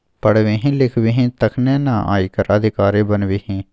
पढ़बिही लिखबिही तखने न आयकर अधिकारी बनबिही